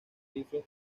rifles